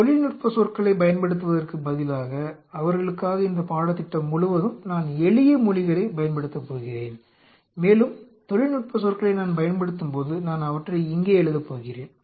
எனவே தொழில்நுட்ப சொற்களைப் பயன்படுத்துவதற்குப் பதிலாக அவர்களுக்காக இந்தப் பாடத்திட்டம் முழுவதும் நான் எளிய மொழிகளைப் பயன்படுத்தப்போகிறேன் மேலும் தொழில்நுட்ப சொற்களை நான் பயன்படுத்தும்போது நான் அவற்றை இங்கே எழுதப் போகிறேன்